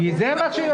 התקנות פה